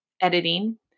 editing